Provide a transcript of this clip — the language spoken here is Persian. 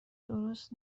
درست